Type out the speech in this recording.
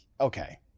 Okay